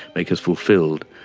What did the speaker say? make us fulfilled,